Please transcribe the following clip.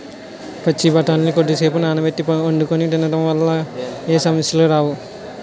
పచ్చి బఠానీలు కొద్దిసేపు నానబెట్టి వండుకొని తినడం వల్ల ఏ సమస్యలు రావు